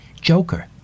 Joker